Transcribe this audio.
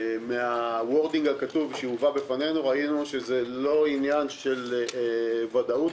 מה-wording הכתוב שהובא בפנינו ראינו שזה לא עניין של ודאות,